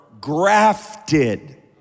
grafted